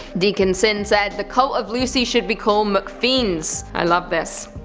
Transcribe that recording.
deacon synn said the cult of lucy should be called mcpheends i love this.